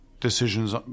decisions